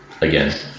again